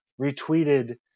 retweeted